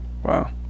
Wow